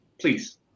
please